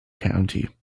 county